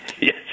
Yes